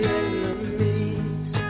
enemies